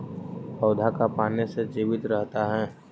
पौधा का पाने से जीवित रहता है?